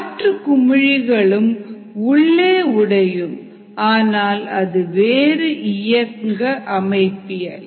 காற்று குமிழிகளும் உள்ளே உடையும் ஆனால் அது வேறு இயங்க அமைப்பினால்